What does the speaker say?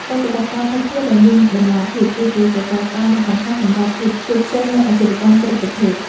ប្រតិបត្តិការភស្តុភារដែលមានតម្លាភាព គឺជាសសរស្តម្ភដ៏សំខាន់សម្រាប់ភាពជោគជ័យនៃអាជីវកម្មគ្រប់ប្រភេទ។